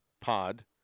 pod